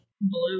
Blue